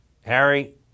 Harry